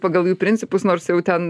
pagal jų principus nors jau ten